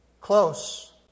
close